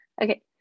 okay